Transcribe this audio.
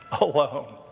alone